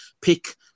pick